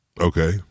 Okay